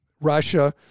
Russia